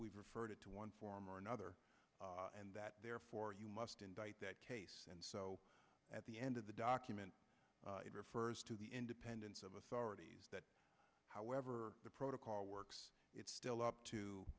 we've referred it to one form or another and that therefore you must indict that case and so at the end of the document it refers to the independence of authorities that however the protocol works it's still up